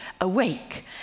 awake